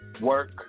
work